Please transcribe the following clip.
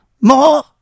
more